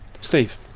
Steve